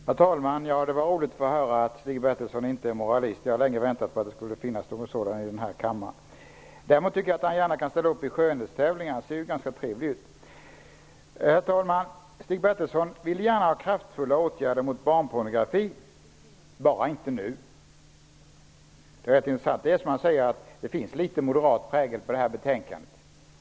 Herr talman! Det var roligt att höra att Stig Bertilsson inte är moralist. Jag har länge väntat på att det skulle finnas en sådan här i kammaren. Däremot tycker jag att Stig Bertilsson visst kan ställa upp i skönhetstävlingar. Stig Bertilsson vill gärna ha kraftiga åtgärder mot barnpornografi -- bara inte nu. Det är som att säga att det finns litet moderat prägel på betänkandet.